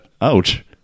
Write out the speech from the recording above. Ouch